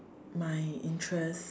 my interest